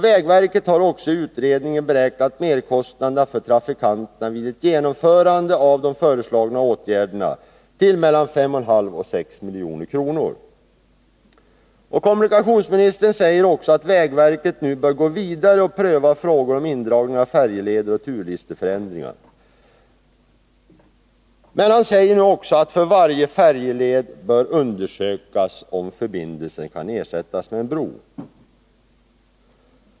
Vägverket har också i utredningen beräknat merkostnaderna för trafikanterna vid ett genomförande av de föreslagna åtgärderna till mellan 5,5 och 6,5 milj.kr. Kommunikationsministern säger vidare att vägverket nu bör gå vidare och pröva frågor om indragning av färjeleder och turlisteförändringar. Men han säger också att för varje färjeled bör undersökas om förbindelsen kan ersättas med en bro.